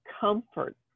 comfort